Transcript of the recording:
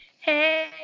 Hey